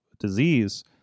disease